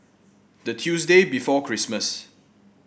the Tuesday before Christmas